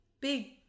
big